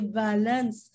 balance